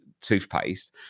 toothpaste